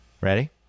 Ready